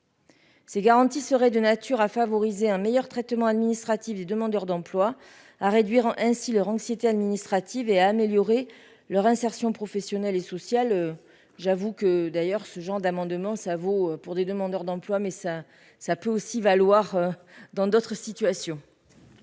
Ces garanties seraient de nature à favoriser un meilleur traitement administratif des demandeurs d'emploi à réduire ainsi leur anxiété administratives et à améliorer leur insertion professionnelle et sociale, j'avoue que, d'ailleurs, ce genre d'amendements, ça vaut pour des demandeurs d'emploi, mais ça, ça peut aussi valoir dans d'autres situations.